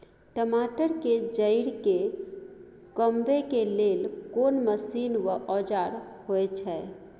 टमाटर के जईर के कमबै के लेल कोन मसीन व औजार होय छै?